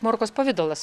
morkos pavidalas